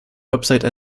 webseite